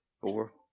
Four